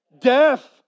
death